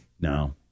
No